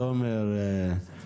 עם תומר ועם